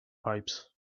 pipes